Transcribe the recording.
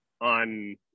on